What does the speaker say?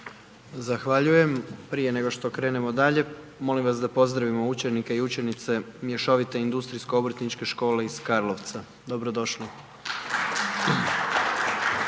Zahvaljujem. Prije nego što krenemo dalje, molim vas da pozdravimo učenike i učenice Mješovito industrijsko-obrtničke škole iz Karlovca, dobro